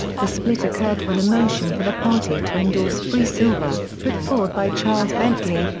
the split occurred when a motion for the party to endorse free silver, put forward by charles bentley,